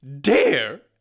dare